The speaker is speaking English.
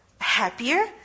happier